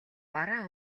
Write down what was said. бараан